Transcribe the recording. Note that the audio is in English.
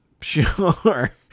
Sure